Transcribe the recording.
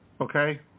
okay